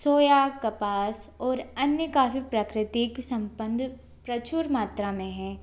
सोया कपास और अन्य काफ़ी प्राकृतिक सम्पंद प्रचुर मात्रा में हैं